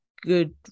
good